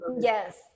Yes